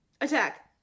attack